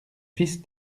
fils